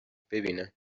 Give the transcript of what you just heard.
ببینن